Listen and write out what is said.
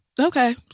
okay